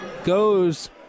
goes